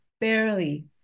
barely